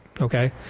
Okay